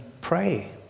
pray